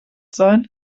sein